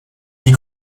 die